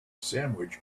sandwich